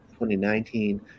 2019